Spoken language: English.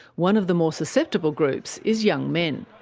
one of the more susceptible groups is young men.